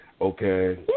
okay